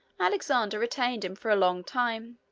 alexander retained him for a long time,